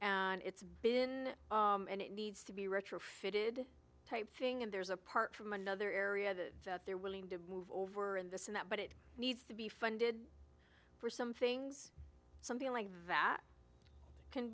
and it's been and it needs to be retrofitted type thing and there's a part from another area that they're willing to move over in this and that but it needs to be funded for some things something like that can